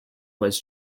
was